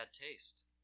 taste